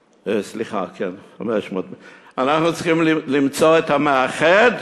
סליחה, כן, 500. אנחנו צריכים למצוא את המאחד,